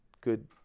good